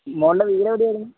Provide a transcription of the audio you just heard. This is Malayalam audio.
മോളുടെ വീടെവിടെ ആയിരുന്നു